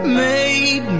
made